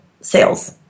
sales